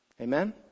Amen